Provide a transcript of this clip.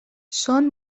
són